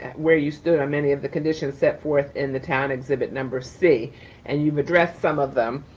where you stood on many of the conditions set forth in the town exhibit number c and you've addressed some of them.